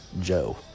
Joe